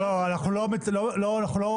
אנחנו לא מתפרצים.